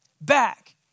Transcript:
back